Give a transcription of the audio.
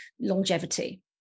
longevity